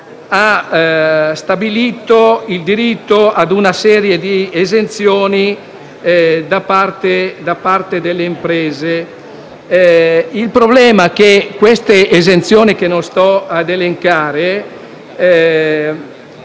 ha stabilito il diritto a una serie di esenzioni da parte delle imprese. Il problema è che dette esenzioni, che non sto qui ad elencare,